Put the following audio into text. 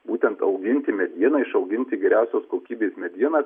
būtent auginti medieną išauginti geriausios kokybės medieną